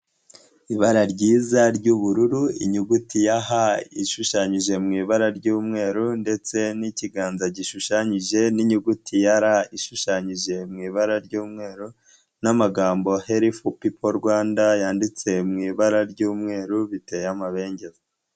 Ibara ryiza ry'ubururu, inyuguti ya H ishushanyije mu ibara ry'umweru, ndetse n'ikiganza gishushanyije, n'inyuguti ya R ishushanyije mu ibara ry'umweru, n'amagambo helifu pipo Rwanda, yanditse mu ibara ry'umweru, biteye amabengeza.